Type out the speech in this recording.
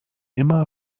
immer